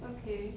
okay